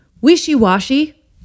Wishy-washy